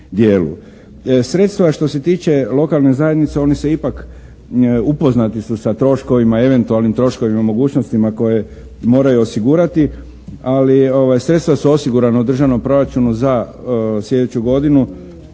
Sredstva što se tiče lokalne zajednice oni se ipak, upoznati su sa troškovima, eventualnim troškovima i mogućnostima koje moraju osigurati, ali sredstva su osigurana u državnom proračunu za sljedeću godinu